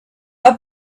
had